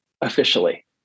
officially